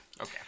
okay